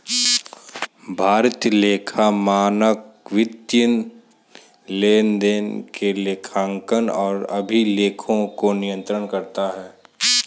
भारतीय लेखा मानक वित्तीय लेनदेन के लेखांकन और अभिलेखों को नियंत्रित करता है